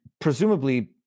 presumably